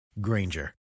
Granger